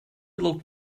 del